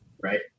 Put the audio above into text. right